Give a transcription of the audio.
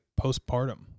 postpartum